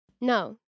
No